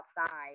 outside